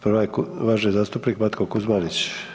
Prva je uvaženi zastupnik Matko KUzmanić.